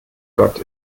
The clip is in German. gott